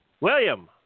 William